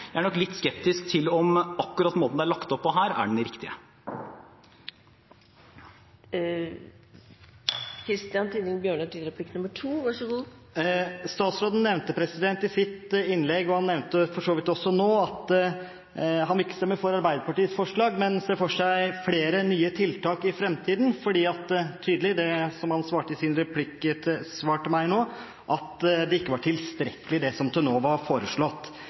Jeg er nok litt skeptisk til om akkurat den måten det er lagt opp på her, er den riktige. Statsråden nevnte i sitt innlegg, og for så vidt også nå, at han ikke ville stemt for Arbeiderpartiets forslag, men ser for seg flere nye tiltak i framtiden fordi – det var tydelig i hans replikksvar til meg nå – det som til nå er foreslått, ikke er tilstrekkelig. Hvilke nye tiltak tenker statsråden på? La meg først bare si at selv om jeg deler Arbeiderpartiets intensjon, er det